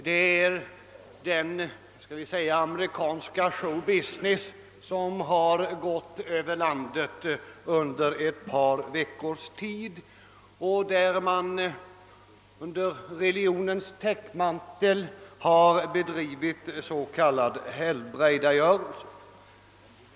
Det är den amerikanska »showbusiness» som har gått över landet under ett par veckor att där man under religionens täckmantel har bedrivit s.k. helbrägdagörelse.